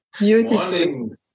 Morning